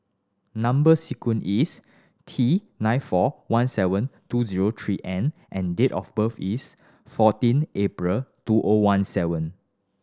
number sequence is T nine four one seven two zero three N and date of birth is fourteen April two O one seven